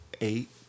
eight